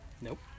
Nope